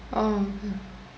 oh